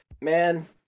man